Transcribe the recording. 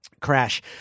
Crash